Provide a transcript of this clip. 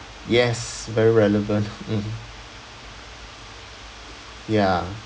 yes very relevant mmhmm ya